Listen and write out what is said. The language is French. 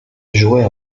jouait